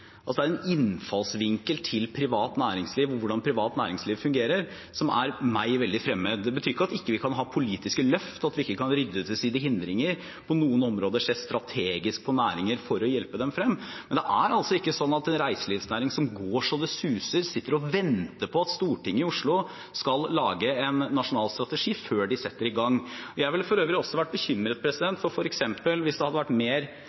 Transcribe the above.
Det er en innfallsvinkel til privat næringsliv og hvordan privat næringsliv fungerer, som er meg veldig fremmed. Det betyr ikke at vi ikke kan ha politiske løft, og at vi ikke kan rydde til side hindringer og på noen områder se strategisk på næringer for å hjelpe dem frem. Men det er altså ikke sånn at en reiselivsnæring som går så det suser, sitter og venter på at Stortinget i Oslo skal lage en nasjonal strategi, før de setter i gang. Jeg ville for øvrig vært bekymret hvis det f.eks. hadde vært